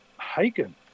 Hagen